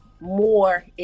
more